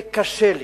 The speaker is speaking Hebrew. וקשה לי.